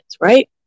right